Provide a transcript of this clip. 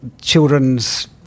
children's